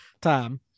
time